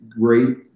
great